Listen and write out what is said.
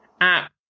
app